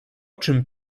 czym